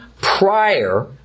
prior